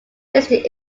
listed